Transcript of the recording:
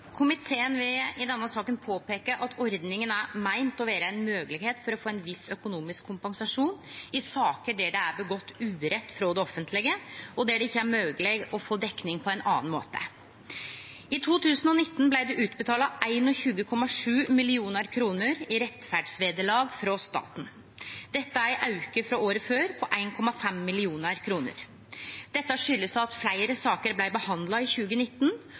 Komiteen vil i denne saka påpeike at ordninga er meint å vere ei moglegheit for å få ein viss økonomisk kompensasjon i saker der det det offentlege har gjort urett, og der det ikkje er mogleg å få dekning på annan måte. I 2019 blei det utbetalt 21,7 mill. kr i rettferdsvederlag frå staten. Det er ein auke frå året før på 1,5 mill. kr. Dette kjem dels av at fleire saker blei behandla i 2019,